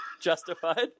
justified